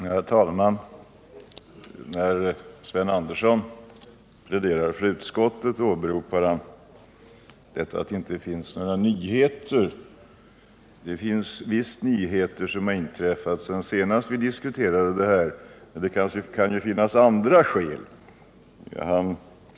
Herr talman! När Sven Andersson pläderar för utskottets hemställan framhåller han att det inte finns några nyheter. Det har visst tillkommit nyheter sedan vi förra gången diskuterade den här frågan! Det kan ju också finnas andra skäl.